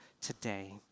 today